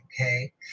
okay